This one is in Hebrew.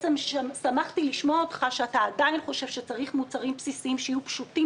שמחתי לשמוע שאתה עדיין חושב שצריך מוצרים בסיסיים שיהיו פשוטים